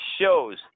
shows